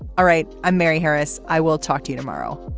all right. i'm mary harris. i will talk to you tomorrow